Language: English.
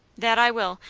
that i will.